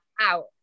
out